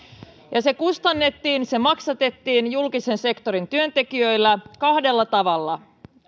se kustannettiin se maksatettiin julkisen sektorin työntekijöillä kahdella tavalla